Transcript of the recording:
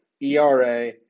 ERA